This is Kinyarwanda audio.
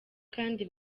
kandi